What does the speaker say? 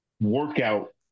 workout